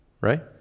Right